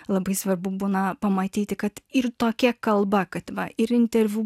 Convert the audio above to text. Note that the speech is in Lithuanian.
labai svarbu būna pamatyti kad ir tokia kalba kad va ir interviu